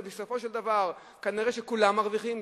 בסופו של דבר כנראה כולם מרוויחים,